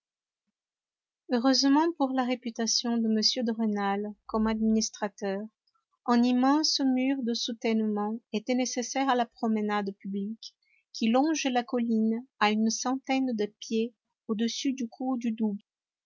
heureusement pour la réputation de m de rênal comme administrateur un immense mur de soutènement était nécessaire à la promenade publique qui longe la colline à une centaine de pieds au-dessus du cours du doubs